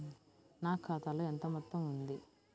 నా ఖాతాలో ఎంత మొత్తం ఉంది?